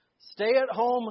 Stay-at-home